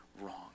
wrong